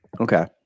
Okay